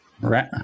right